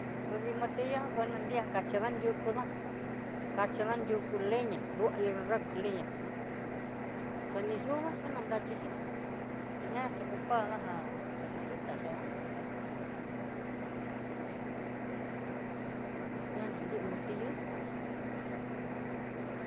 Kodi martillo kutendiá kachí ndandió kutu leña ndu enrá kuleña, kaniyuna chinannraxi xhini tejian chiku pana jan chenaditán chedan uj ña na nrí martillo.